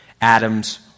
Adam's